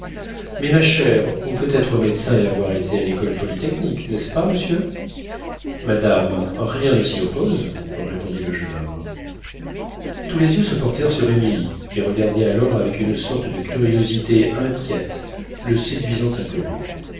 mais ma chère on peut être médecin et avoir été à l'école polytechnique n'est-ce pas monsieur madame rien ne s'y oppose répondit le jeune homme tous les yeux se portèrent sur émilie qui regardait alors avec une sorte de curiosité inquiète le séduisant inconnu